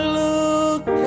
look